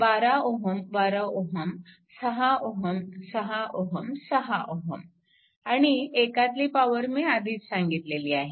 12Ω 12Ω 6Ω 6Ω 6Ω आणि एकातली पॉवर मी आधीच सांगितली आहे